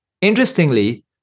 Interestingly